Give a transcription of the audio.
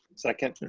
second.